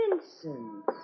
Vincent